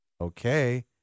okay